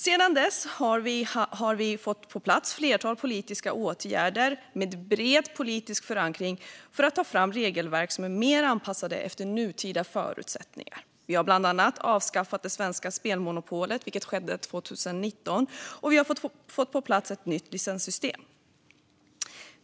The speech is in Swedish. Sedan dess har ett flertal politiska åtgärder vidtagits, med bred politisk förankring, för att ta fram regelverk som är mer anpassade efter nutida förutsättningar. Vi har bland annat avskaffat det svenska spelmonopolet, vilket skedde 2019, och vi har fått på plats ett nytt licenssystem.